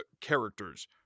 characters